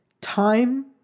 Time